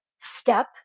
step